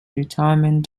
retirement